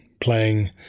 playing